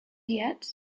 yet